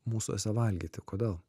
mūsuose valgyti kodėl